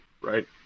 right